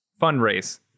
fundraise